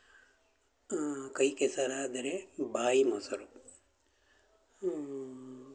ಕೈ ಕೆಸರಾದರೆ ಬಾಯಿ ಮೊಸರು